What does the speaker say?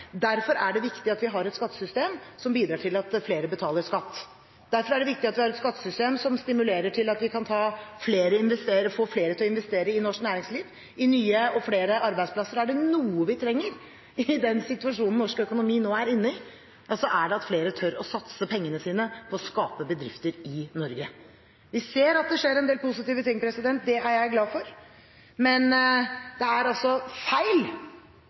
Derfor er det viktig at vi har et skattesystem som bidrar til at flere betaler skatt. Derfor er det viktig at vi har et skattesystem som stimulerer til at vi kan få flere til å investere i norsk næringsliv, i nye og flere arbeidsplasser. Er det noe vi trenger i den situasjonen norsk økonomi nå er inne i, er det at flere tør å satse pengene sine på å skape bedrifter i Norge. Vi ser at det skjer en del positive ting, det er jeg glad for, men det er feil